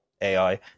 ai